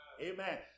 Amen